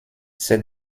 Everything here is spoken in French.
ces